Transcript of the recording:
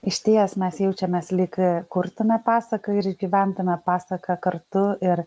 išties mes jaučiamės lyg kurtume pasaką ir išgyventume pasaką kartu ir